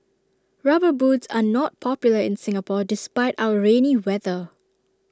rubber boots are not popular in Singapore despite our rainy weather